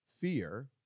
Fear